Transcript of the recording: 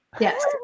Yes